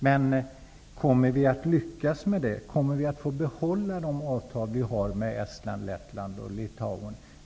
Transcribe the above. Men kommer vi att lyckas? Kommer vi att få behålla de avtal som vi har med Estland, Lettland och Litauen?